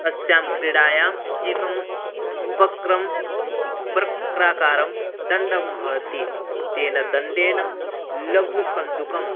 अस्यां क्रीडायाम् एकं वक्रं वक्राकारं दण्डं भवति तेन दण्डेन लघु कन्दुकम्